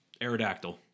Aerodactyl